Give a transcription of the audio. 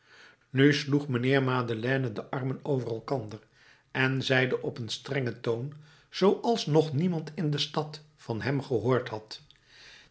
nu sloeg mijnheer madeleine de armen over elkander en zeide op een strengen toon zooals nog niemand in de stad van hem gehoord had